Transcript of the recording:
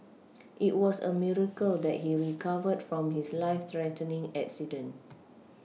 it was a miracle that he recovered from his life threatening accident